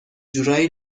جورایی